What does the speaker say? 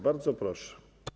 Bardzo proszę.